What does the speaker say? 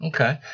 Okay